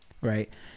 right